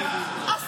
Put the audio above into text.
אדוני השר,